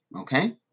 okay